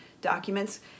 documents